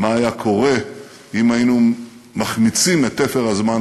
מה היה קורה אם היינו מחמיצים את תפר הזמן